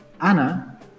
Anna